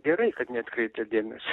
gerai kad neatkreipia dėmesio